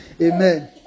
Amen